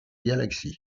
galaxie